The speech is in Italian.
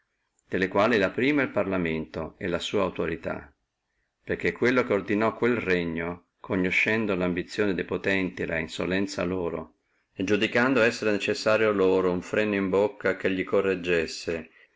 delle quali la prima è il parlamento e la sua autorità perché quello che ordinò quel regno conoscendo lambizione de potenti e la insolenzia loro e iudicando esser loro necessario uno freno in bocca che li correggessi